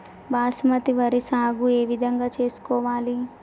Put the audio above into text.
బాస్మతి వరి సాగు ఏ విధంగా చేసుకోవాలి?